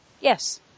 Yes